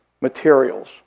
materials